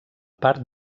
part